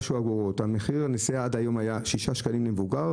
הנסיעה עד היום היה שישה שקלים למבוגר,